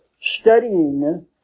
studying